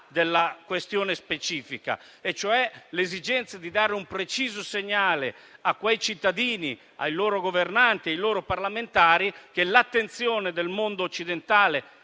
della questione specifica. È necessario, infatti, un preciso segnale a quei cittadini, ai loro governanti e ai loro parlamentari: l'attenzione del mondo occidentale